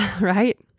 right